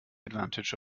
advantage